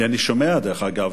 כי אני שומע, דרך אגב,